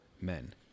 men